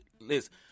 listen